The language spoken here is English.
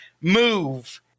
move